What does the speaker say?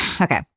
okay